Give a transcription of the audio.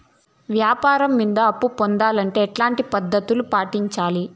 వ్యాపారం మీద అప్పు పొందాలంటే ఎట్లాంటి పద్ధతులు పాటించాలి?